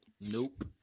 Nope